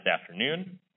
afternoon